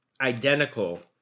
identical